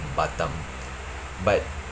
batam but